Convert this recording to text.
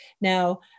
Now